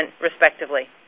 respectively